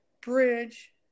bridge